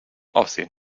aussehen